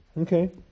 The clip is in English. Okay